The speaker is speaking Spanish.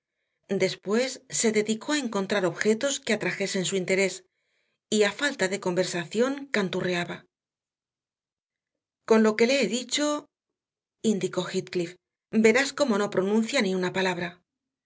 después se dedicó a encontrar objetos que atrajesen su interés y a falta de conversación canturreaba con lo que le he dicho indicó heathcliff verás cómo no pronuncia ni una palabra